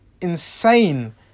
Insane